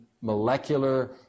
molecular